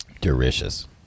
Delicious